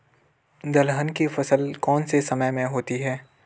दलहन की फसल कौन से समय में होती है?